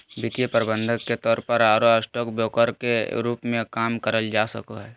वित्तीय प्रबंधक के तौर पर आरो स्टॉक ब्रोकर के रूप मे काम करल जा सको हई